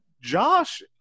josh